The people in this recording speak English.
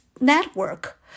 network